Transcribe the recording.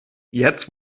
jetzt